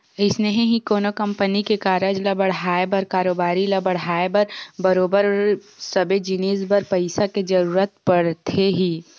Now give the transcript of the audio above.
अइसने ही कोनो कंपनी के कारज ल बड़हाय बर कारोबारी ल बड़हाय बर बरोबर सबे जिनिस बर पइसा के जरुरत पड़थे ही